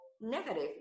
negative